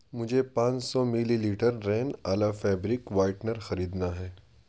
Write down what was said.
مجھے پانچ سو ملی لیٹر رین آلا فیبرک وائٹنر خریدنا ہے